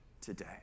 today